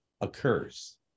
occurs